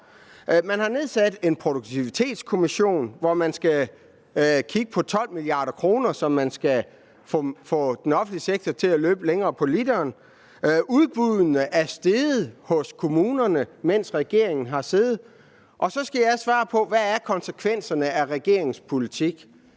man har nedsat Produktivitetskommissionen, som skal kigge efter 12 mia. kr. og få den offentlige sektor til at løbe længere på literen, og antallet af udbud i kommunerne er steget, mens regeringen har siddet. Og så skal jeg svare på, hvad konsekvenserne er af regeringens politik!